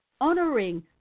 honoring